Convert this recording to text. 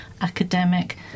academic